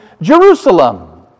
Jerusalem